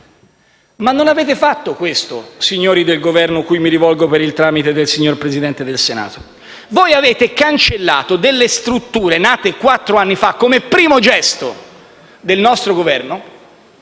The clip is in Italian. Ma non avete fatto questo, signori del Governo, cui mi rivolgo per il tramite del signor Presidente del Senato: voi avete cancellato delle strutture, nate quattro anni fa, come primo gesto del nostro Governo,